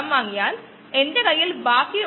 അത് അതിന്റെ ത്രീവാദ കുറച്ചേക്കാം